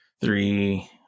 three